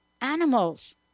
Animals